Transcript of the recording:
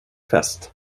fest